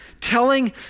telling